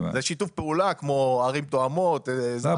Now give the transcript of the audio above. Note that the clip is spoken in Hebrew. זה שיתוף פעולה כמו ערים תואמות --- לא,